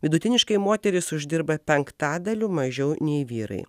vidutiniškai moterys uždirba penktadaliu mažiau nei vyrai